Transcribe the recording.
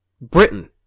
Britain